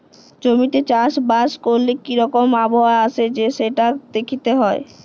জমিতে চাষ বাস ক্যরলে কি রকম আবহাওয়া আসে সেটা দ্যাখতে হ্যয়